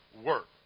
work